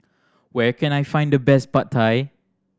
where can I find the best Pad Thai